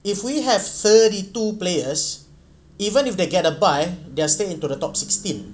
if we have thirty two players even if they get a buy they're still into the top sixteen